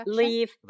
leave